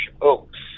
oaks